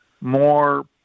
more